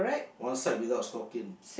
one side without stocking